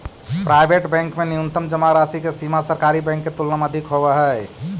private bank में न्यूनतम जमा राशि के सीमा सरकारी बैंक के तुलना में अधिक होवऽ हइ